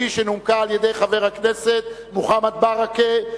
שנומקה על-ידי חבר הכנסת מוחמד ברכה.